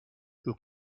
who